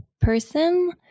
person